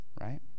right